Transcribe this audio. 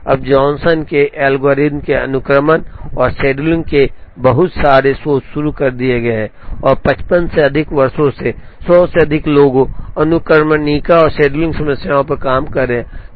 अब जॉनसन के एल्गोरिथ्म ने अनुक्रमण और शेड्यूलिंग में बहुत सारे शोध शुरू कर दिए और 55 से अधिक वर्षों से 100 से अधिक लोग और अनुक्रमणिका और शेड्यूलिंग समस्याओं पर काम कर रहे हैं